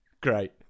Great